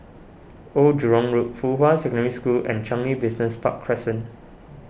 Old Jurong Road Fuhua Secondary School and Changi Business Park Crescent